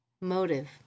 Motive